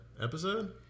Episode